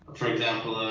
for example,